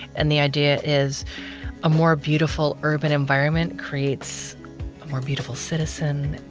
and the idea is a more beautiful urban environment creates more beautiful citizen.